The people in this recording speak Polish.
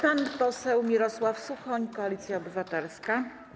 Pan poseł Mirosław Suchoń, Koalicja Obywatelska.